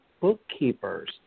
bookkeepers